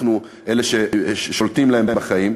אנחנו אלה ששולטים להם בחיים.